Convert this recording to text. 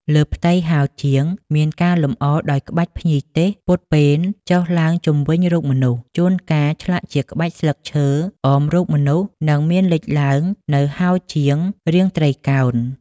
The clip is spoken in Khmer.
លើផ្ទៃហោជាង មានការលម្អដោយក្បាច់ភ្ញីទេសព័ទ្ធពេនចុះឡើងជុំវិញរូបមនុស្ស ជូនកាលឆ្លាក់ជាក្បាច់ស្លឹកឈើអមរូបមនុស្ស និង មានលេចឡើងនូវហោជាងរាងត្រីកោណ។